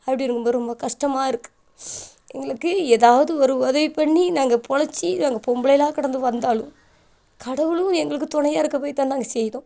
அப்படி ரொம்ப ரொம்ப கஷ்டமாக இருக்குது எங்களுக்கு ஏதாவது ஒரு உதவி பண்ணி நாங்கள் பிழச்சி நாங்கள் பொம்பளைலாக கிடந்து வந்தாலும் கடவுளும் எங்களுக்கு துணையா இருக்க போய் தான் நாங்கள் செய்தோம்